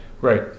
right